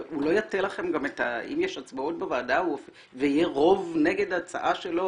אם יש הצבעות בוועדה ויהיה רוב נגד ההצעה שלו,